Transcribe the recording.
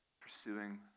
pursuing